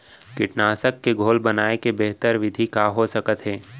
कीटनाशक के घोल बनाए के बेहतर विधि का हो सकत हे?